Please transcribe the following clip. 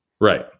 right